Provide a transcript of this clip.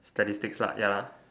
statistics ya